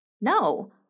no